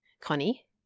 Connie